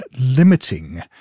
limiting